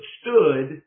stood